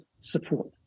support